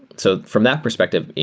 so from that perspective,